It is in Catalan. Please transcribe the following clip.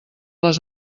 les